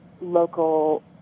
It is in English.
local